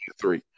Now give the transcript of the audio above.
three